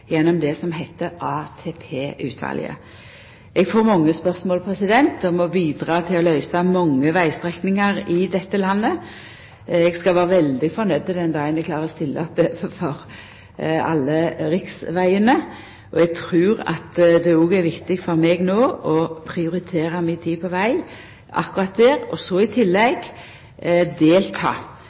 gjennom det som heiter ATP-utvalet. Eg får mange spørsmål om å bidra til løysingar når det gjeld mange vegstrekningar i dette landet. Eg skal vera veldig fornøgd den dagen eg klarar å stilla opp for alle riksvegane, og eg trur òg det er viktig for meg å prioritera mi tid på veg akkurat der – og så i tillegg delta